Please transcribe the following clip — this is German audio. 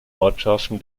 ortschaften